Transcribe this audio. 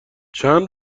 چند